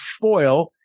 foil